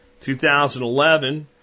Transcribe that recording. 2011